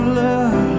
love